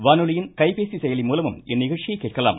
வானொலியின் கைப்பேசி செயலி மூலமும் இந்நிகழ்ச்சியை கேட்கலாம்